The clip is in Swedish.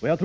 Med